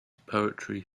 poetry